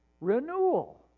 Renewal